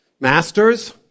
masters